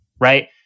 Right